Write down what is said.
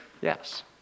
Yes